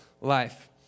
life